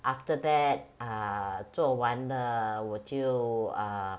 after that uh 做完了我就